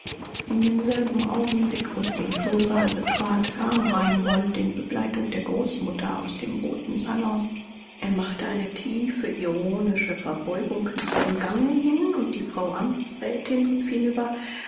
in demselben augenblick wo sie den flursaal betrat kam reinhold in begleitung der großmama aus dem roten salon er machte eine tiefe ironische verbeugung nach dem gange hin und die frau amtsrätin rief hinüber